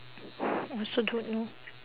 also don't know